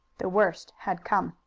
the worst had come.